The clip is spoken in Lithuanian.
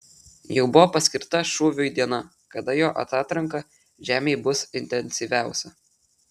jau buvo paskirta šūviui diena kada jo atatranka žemei bus intensyviausia